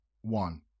One